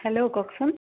hello কওকচোন